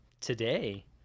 today